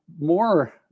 more